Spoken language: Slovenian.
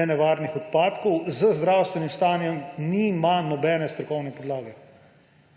nenevarnih odpadkov, z zdravstvenim stanjem, nima nobene strokovne podlage.